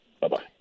Bye-bye